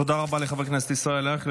תודה רבה לחבר כנסת ישראל אייכלר,